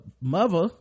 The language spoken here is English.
mother